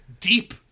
deep